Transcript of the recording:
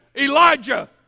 Elijah